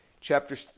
chapter